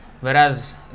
Whereas